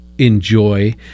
Enjoy